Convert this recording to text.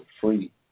free